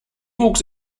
wuchs